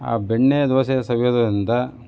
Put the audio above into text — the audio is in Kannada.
ಆ ಬೆಣ್ಣೆಯ ದೋಸೆ ಸವಿಯುವುದರಿಂದ